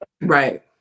Right